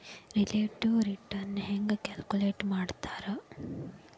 relative return ಹೆಂಗ calculate ಮಾಡ್ತಾರಾ